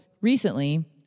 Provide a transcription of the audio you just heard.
recently